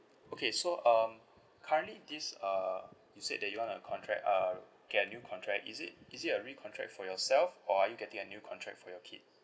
okay so um currently this uh you said that you want a contract uh get a new contract is it is it a recontract for yourself or are you getting a new contract for your kid